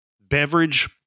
beverage